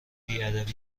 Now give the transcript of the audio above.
بیادبی